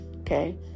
okay